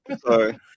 sorry